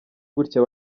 gutya